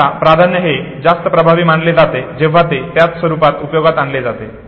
आता प्राधान्य हे तेव्हा जास्त प्रभावी मानले जाते जेव्हा ते त्याच रुपात उपयोगात आणले जाते